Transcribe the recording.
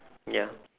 ya